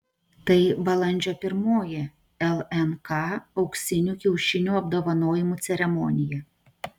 tai balandžio pirmoji lnk auksinių kiaušinių apdovanojimų ceremonija